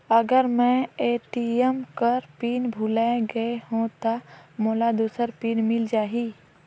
अगर मैं ए.टी.एम कर पिन भुलाये गये हो ता मोला दूसर पिन मिल जाही?